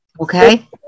okay